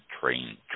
train